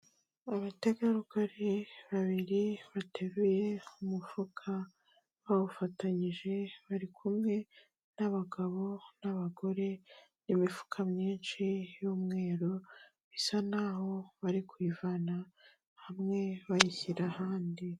Abategarugori babiri bateruye umufuka bawufatanyije, bari kumwe n'abagabo n'abagore, imifuka myinshi y'umweru bisa naho bari kuyivana hamwe, bayishyira ahandi.